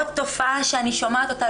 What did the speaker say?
ועוד תופעה שאני שומעת אותה,